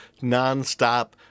nonstop